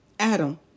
Adam